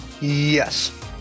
yes